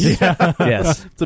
yes